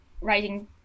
writing